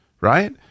right